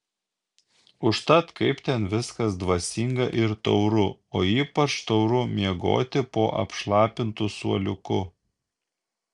užtat kaip ten viskas dvasinga ir tauru o ypač tauru miegoti po apšlapintu suoliuku